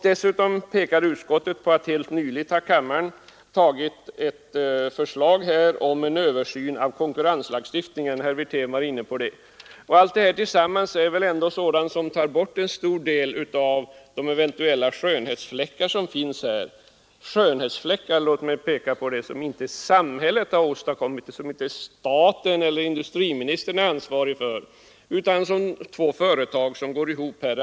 Dessutom pekar utskottet på att kammaren helt nyligen beslutat anta ett förslag om översyn av konkurrenslagstiftningen. Herr Wirtén var inne på det. Allt detta tillsammans bidrar ändå till att begränsa de eventuella skönhetsfläckar som finns i det här sammanhanget. Jag vill dessutom framhålla att det inte är staten eller industriministern som är ansvarig för dessa skönhetsfläckar utan de två företag som går ihop.